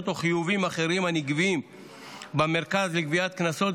או חיובים אחרים הנגבים במרכז לגביית קנסות,